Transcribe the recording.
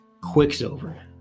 Quicksilver